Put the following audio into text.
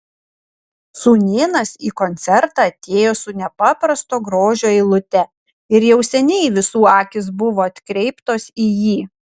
sūnėnas į koncertą atėjo su nepaprasto grožio eilute ir jau seniai visų akys buvo atkreiptos į jį